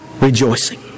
rejoicing